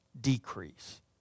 decrease